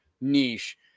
niche